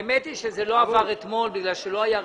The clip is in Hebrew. פנייה מספר 426. האמת היא שזה לא עבר אתמול כי לא היה רפרנט.